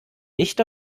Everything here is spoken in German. nicht